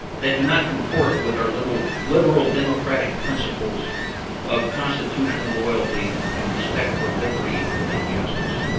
that do not comport with our liberal liberal democratic principals of constitutional loyalty and respect for liberty and justice.